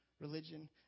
Religion